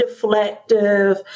deflective